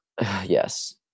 Yes